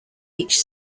each